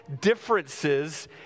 differences